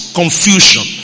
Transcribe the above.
confusion